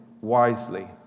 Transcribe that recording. wisely